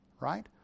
Right